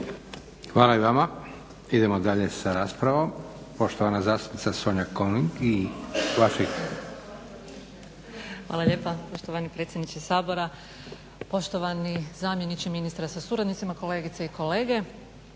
Hvala i vama. Idemo dalje sa raspravom. Poštovana zastupnica Sonja König. **König, Sonja (HNS)** Hvala lijepa poštovani predsjedniče Sabora, poštovani zamjeniče ministra sa suradnicima, kolegice i kolege.